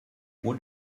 what